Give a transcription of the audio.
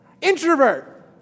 Introvert